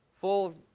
full